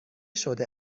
شده